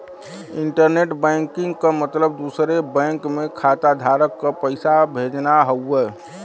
internet banking क मतलब दूसरे बैंक में खाताधारक क पैसा भेजना हउवे